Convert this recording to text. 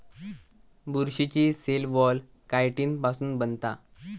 बुरशीची cell wall chitin पासुन बनता